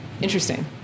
Interesting